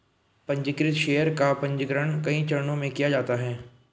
पन्जीकृत शेयर का पन्जीकरण कई चरणों में किया जाता है